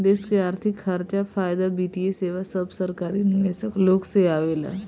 देश के अर्थिक खर्चा, फायदा, वित्तीय सेवा सब सरकारी निवेशक लोग से आवेला